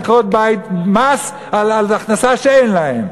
אנחנו לא ניקח מעקרות-בית מס על הכנסה שאין להן.